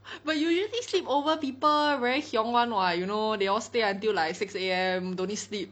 but you usually sleep over people very hiong one what you know they all stay until like six A_M don't need sleep